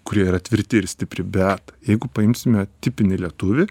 kurie yra tvirti ir stipri bet jeigu paimsime tipinį lietuvį